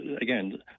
again